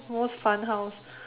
most fun house